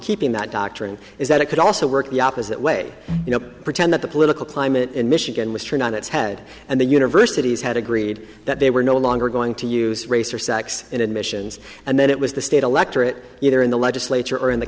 keeping that doctrine is that it could also work the opposite way you know pretend that the political climate in michigan was turned on its head and the universities had agreed that they were no longer going to use race or sex in admissions and then it was the state electorate either in the legislature or in the